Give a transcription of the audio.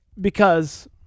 because-